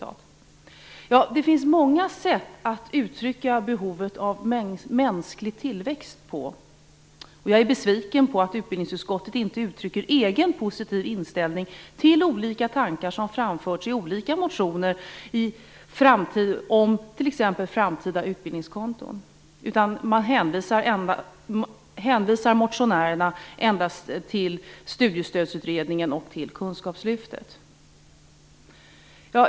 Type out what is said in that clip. Ja, det finns många sätt att uttrycka behovet av mänsklig tillväxt på. Jag är besviken på att utbildningsutskottet inte uttrycker en egen positiv inställning till olika tankar som framförts i olika motioner om t.ex. framtida utbildningskonton. Man hänvisar motionärerna endast till Studiestödsutredningen och till kunskapslyftet.